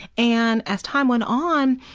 and as time went on,